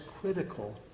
critical